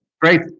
Great